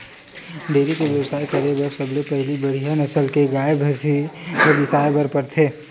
dairy के बेवसाय करे बर सबले पहिली बड़िहा नसल के गाय, भइसी ल बिसाए बर परथे